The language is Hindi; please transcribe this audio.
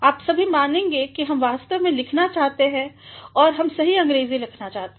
आप सभी मानेंगे कि हम वास्तव में लिखना चाहते हैं और हम सही अंग्रेजी लिखना चाहते हैं